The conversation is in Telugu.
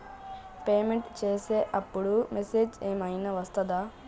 పేమెంట్ చేసే అప్పుడు మెసేజ్ ఏం ఐనా వస్తదా?